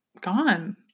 gone